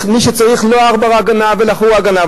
מי שצריך, לא העכבר הגנב, אלא החור הגנב.